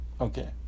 Okay